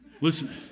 Listen